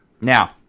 Now